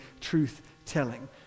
truth-telling